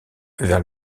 vers